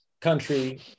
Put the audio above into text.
country